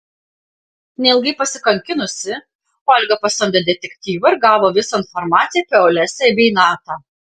neilgai pasikankinusi olga pasamdė detektyvą ir gavo visą informaciją apie olesią bei natą